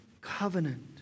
covenant